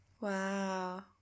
wow